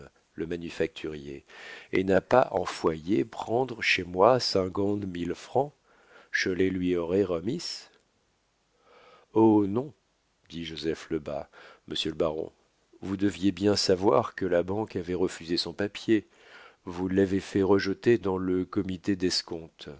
le manufacturier el n'a pas enfoyé brentre chez moi zinguande mille francs che les lui aurais remisse oh non dit joseph lebas monsieur le baron vous deviez bien savoir que la banque avait refusé son papier vous l'avez fait rejeter dans le comité d'escompte